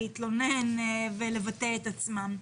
להתלונן ולבטא את עצמם.